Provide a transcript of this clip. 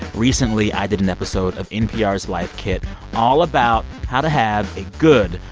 recently, i did an episode of npr's life kit all about how to have a good,